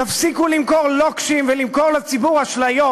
תפסיקו למכור לוקשים ולמכור לציבור אשליות.